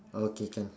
okay can